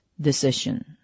decision